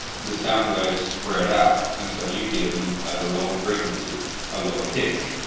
the sound waves spread out, and so you hear them at a lower frequency a lower pitch.